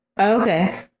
Okay